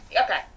Okay